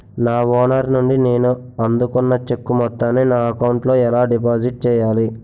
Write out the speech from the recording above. నా ఓనర్ నుండి నేను అందుకున్న చెక్కు మొత్తాన్ని నా అకౌంట్ లోఎలా డిపాజిట్ చేయాలి?